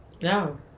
No